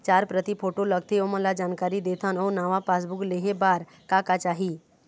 चार प्रति फोटो लगथे ओमन ला जानकारी देथन अऊ नावा पासबुक लेहे बार का का चाही?